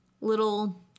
little